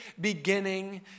beginning